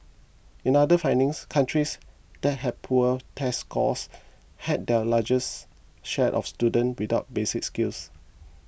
in other findings countries that had poor test scores had the largest share of student without basic skills